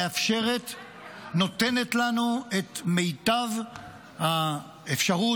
מאפשר ונותן לנו את מיטב האפשרות,